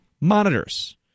Monitors